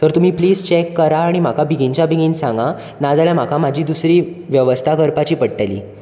sir तुमी please check करात आनी म्हाका बेगिनच्या बेगीन सांगा नाजाल्यार म्हाका म्हाजी दुसरी वेवस्था करपाची पडटली